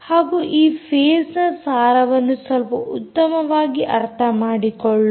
ಹಾಗೂ ಈ ಫೇಸ್ನ ಸಾರವನ್ನು ಸ್ವಲ್ಪ ಉತ್ತಮವಾಗಿ ಅರ್ಥ ಮಾಡಿಕೊಳ್ಳೋಣ